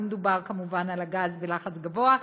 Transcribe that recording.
לא מדובר כמובן על הגז בלחץ גבוה,